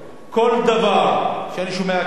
כל דבר שאני שומע כאן,